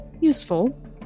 useful